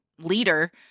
leader